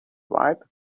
whip